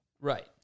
Right